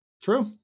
True